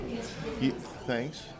Thanks